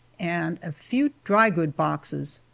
and a few drygoods boxes.